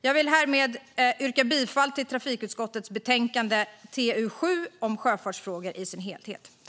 Jag vill härmed yrka bifall till förslaget i trafikutskottets betänkande TU7 Sjöfartsfrågor i dess helhet.